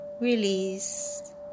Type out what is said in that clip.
release